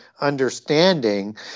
understanding